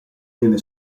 viene